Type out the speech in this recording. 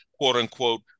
quote-unquote